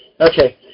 Okay